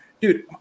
Dude